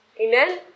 Amen